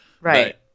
Right